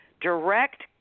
direct